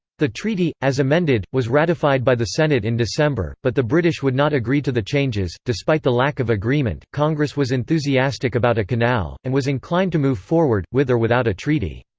the treaty, as amended, was ratified by the senate in december, but the british would not agree to the changes despite the lack of agreement, congress was enthusiastic about a canal, and was inclined to move forward, with or without a treaty.